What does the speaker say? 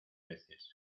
peces